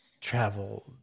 travel